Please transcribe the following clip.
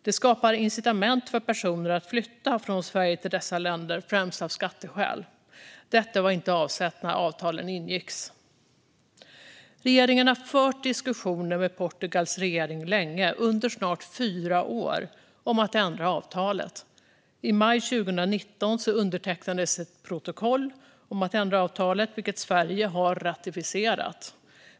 Det skapar incitament för personer att flytta från Sverige till dessa länder främst av skatteskäl. Detta var inte avsett när avtalen ingicks. Uppsägning av skatte-avtalet mellan Sverige och Portugal Regeringen har länge, under snart fyra år, fört diskussioner med Portugals regering om att ändra avtalet. I maj 2019 undertecknades ett protokoll om att ändra avtalet, vilket Sverige har ratificerat.